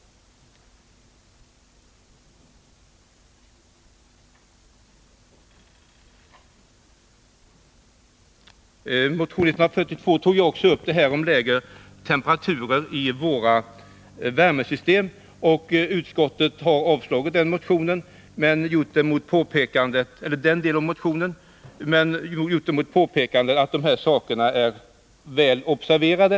Motion 142 tar också upp frågan om lägre temperaturer i våra värmesystem. Utskottet har avstyrkt motionen i den delen, men det har skett med påpekandet att dessa saker redan är väl observerade.